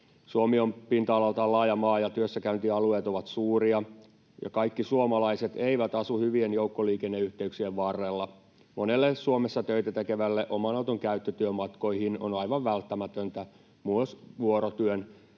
Suomi on pinta-alaltaan laaja maa, ja työssäkäyntialueet ovat suuria, ja kaikki suomalaiset eivät asu hyvien joukkoliikenneyhteyksien varrella. Monelle Suomessa töitä tekevälle oman auton käyttö työmatkoihin on aivan välttämätöntä, myös vuorotyön